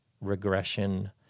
regression